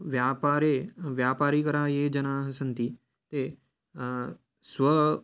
व्यापारे व्यापारीकराः ये जनाः सन्ति ते स्व